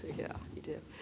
yeah he did.